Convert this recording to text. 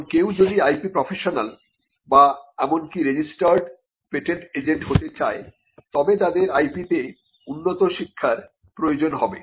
এখন কেউ যদি IP প্রফেশনাল বা এমনকি রেজিস্টার্ড পেটেন্ট এজেন্ট হতে চায় তবে তাদের IP তে উন্নত শিক্ষার প্রয়োজন হবে